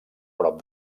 prop